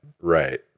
right